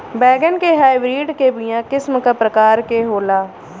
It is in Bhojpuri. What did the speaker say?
बैगन के हाइब्रिड के बीया किस्म क प्रकार के होला?